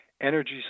Energy